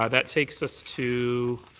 ah that takes us to